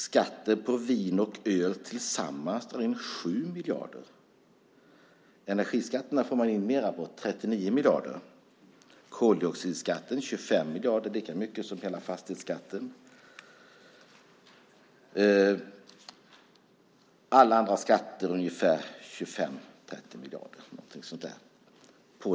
Skatten på vin och öl drar tillsammans in 7 miljarder. Energiskatterna får man in mer på, 39 miljarder. Koldioxidskatten ger 25 miljarder, och det är lika mycket som hela fastighetsskatten. Alla andra mervärdesskatter ger ungefär 25 30 miljarder.